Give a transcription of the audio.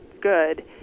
good